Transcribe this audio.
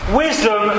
wisdom